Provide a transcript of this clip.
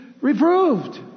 reproved